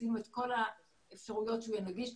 עשינו את כל האפשרויות שהוא יהיה נגיש.